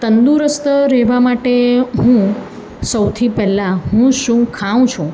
તંદુરસ્ત રહેવા માટે હું સૌથી પહેલાં હું શું ખાઉં છું